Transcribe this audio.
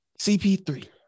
CP3